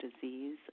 disease